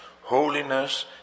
holiness